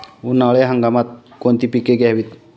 उन्हाळी हंगामात कोणती पिके घ्यावीत?